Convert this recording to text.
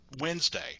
Wednesday